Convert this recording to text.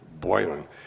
boiling